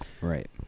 right